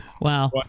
Wow